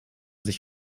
sich